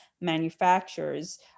manufacturers